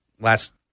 last